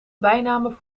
bijnamen